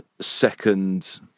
second